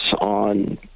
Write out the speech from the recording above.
on